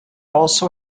also